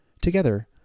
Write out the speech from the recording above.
Together